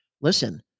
listen –